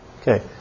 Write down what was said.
Okay